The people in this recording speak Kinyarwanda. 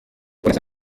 kuko